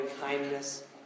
kindness